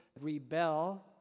rebel